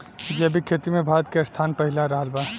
जैविक खेती मे भारत के स्थान पहिला रहल बा